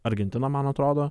argentiną man atrodo